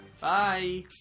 Bye